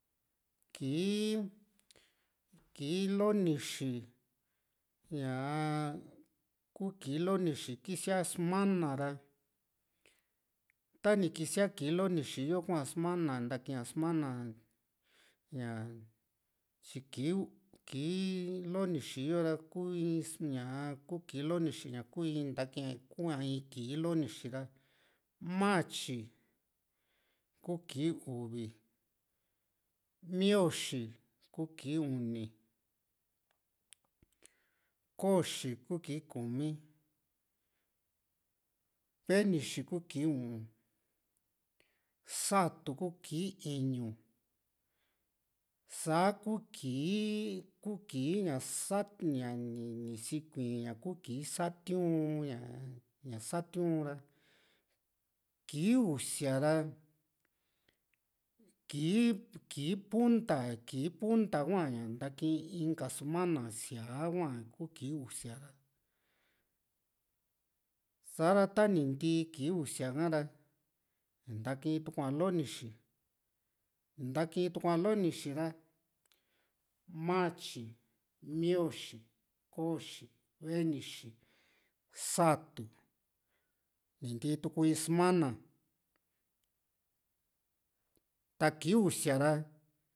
kii lonixi ñaa kuu kii lonixi kisiaa sumana ra tani kisia kii lonixi yo kuasuamna ni nta kiaa sumana ña tyi kii kii lonixi yo ra kuu in ñaa kuu kii lonixi yo´ra kuu ñaa kii lonixi ntakia ku in kii lonixi ra matyi kuu kii uvi mioxi kuu kii uni koxi kuu kii kumi venixi kuu kii u´un satu kuu kii iñu saa kuu kii ku kii ña sa ña ni ni sikui ñaku kii satiu´n ña ña satiu´n ra kii usia ra kii punta kii punta hua ña ntakii inka sumana síaa hua kuu kii usia ha sa´ra ta ni ntii kii usia ha´ra ni natakitua lonixi ni ntakitua lonixi raa matyi mioxi koxi venixi satu ni ntii tu in sumana ta kii usia ra